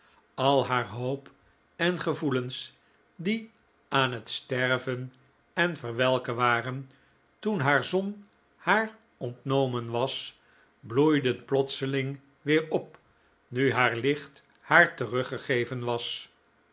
al haar hoop en gevoelens die aan het sterven en verwelken waren toen haar zon haar ontnomen was bloeiden plotseling weer op nu haar licht haar teruggegeven was